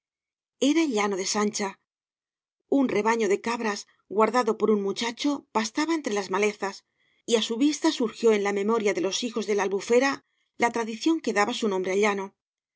llano de sancha un rebaño de cabras guardado por un muchacho pastaba entre las ma v bliasco ibáñbz lezas y á su vista surgió en la memoria de los hijos de la albufera la tradición que daba bu nombre al llano